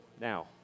now